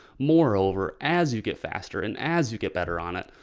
moreover, as you get faster and as you get better on it,